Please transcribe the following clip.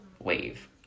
Wave